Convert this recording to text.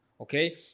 Okay